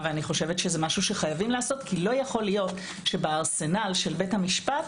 זה משהו שחייבים לעשות כי לא יכול להיות שבארסנל של בית המשפט